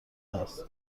است